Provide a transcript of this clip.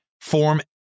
form